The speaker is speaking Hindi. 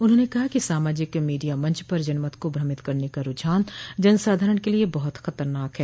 उन्होंने कहा कि सामाजिक मीडिया मंच पर जनमत को भ्रमित करने का रूझान जनसाधारण के लिए बहुत खतरनाक है